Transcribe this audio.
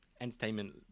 entertainment